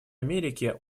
америки